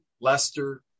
Lester